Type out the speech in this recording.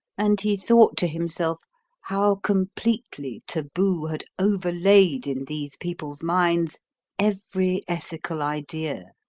and he thought to himself how completely taboo had overlaid in these people's minds every ethical idea,